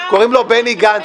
קוראים לו בני גנץ.